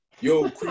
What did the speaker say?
yo